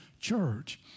church